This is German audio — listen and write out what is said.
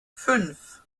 fünf